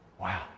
Wow